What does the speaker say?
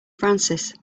francis